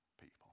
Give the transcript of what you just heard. people